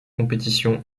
compétition